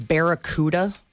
Barracuda